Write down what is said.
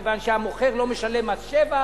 מכיוון שהמוכר לא משלם מס שבח.